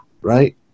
Right